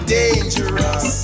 dangerous